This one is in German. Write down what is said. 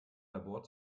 labor